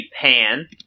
pan